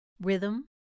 rhythm